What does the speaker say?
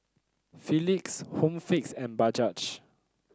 Philips Home Fix and Bajaj